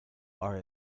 are